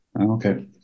Okay